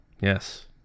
Yes